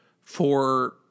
for-